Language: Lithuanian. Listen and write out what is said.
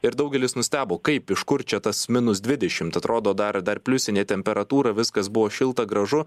ir daugelis nustebo kaip iš kur čia tas minus dvidešimt atrodo dar dar pliusinė temperatūra viskas buvo šilta gražu